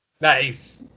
Nice